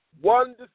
one